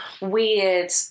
weird